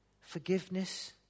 forgiveness